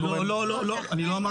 לא לא, אני לא אמרתי את זה.